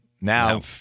Now